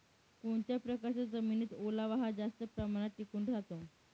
कोणत्या प्रकारच्या जमिनीत ओलावा हा जास्त प्रमाणात टिकून राहतो?